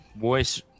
voice